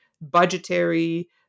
budgetary